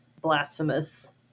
blasphemous